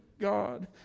God